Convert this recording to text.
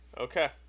okay